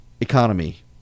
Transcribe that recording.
economy